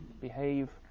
behave